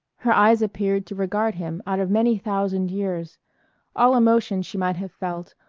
her eyes appeared to regard him out of many thousand years all emotion she might have felt,